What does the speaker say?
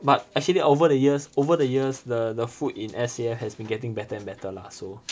but actually over the years over the years the the food in S_A_F has been getting better and better lah so